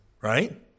right